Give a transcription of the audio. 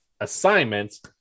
assignments